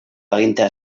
agintea